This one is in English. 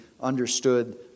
understood